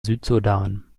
südsudan